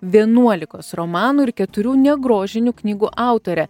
vienuolikos romanų ir keturių negrožinių knygų autore